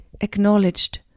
acknowledged